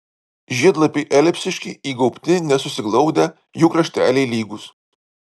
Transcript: žiedlapiai elipsiški įgaubti nesusiglaudę jų krašteliai lygūs